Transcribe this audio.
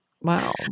Wow